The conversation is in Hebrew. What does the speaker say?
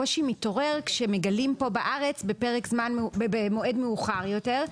הקושי מתעורר כשמגלים פה בארץ במועד מאוחר יותר,